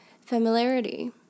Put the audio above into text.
familiarity